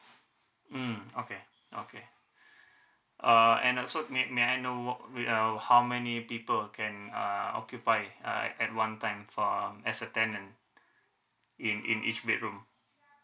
mm okay okay uh and also may may I know wh~ with uh how many people can uh occupy uh at at one time for as a tenant in in each bedroom